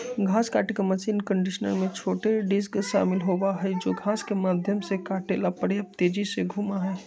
घास काटे के मशीन कंडीशनर में छोटे डिस्क शामिल होबा हई जो घास के माध्यम से काटे ला पर्याप्त तेजी से घूमा हई